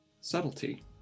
subtlety